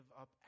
up